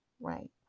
right